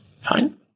fine